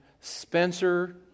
Spencer